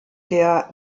der